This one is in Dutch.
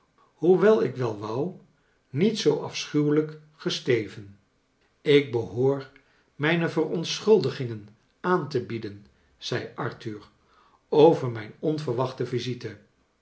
wel ik wel wou niet zoo afschuweliik gesteven ik behoor mijne verontschuldigingen aan te bieden zei arthur over mijn onverwachte visite